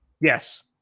Yes